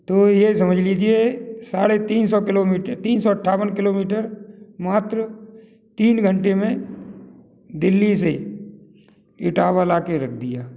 तो ये समझ लीजिए साढ़े तीन सौ किलोमीट तीन सौ अट्ठावन किलोमीटर मात्र तीन घंटे में दिल्ली से ही इटावा ला कर रख दिया